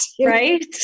right